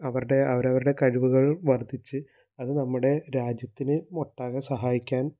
അവരുടെ അവരവരുടെ കഴിവുകൾ വർദ്ധിച്ച് അത് നമ്മുടെ രാജ്യത്തിന് ഒട്ടാകെ സഹായിക്കാൻ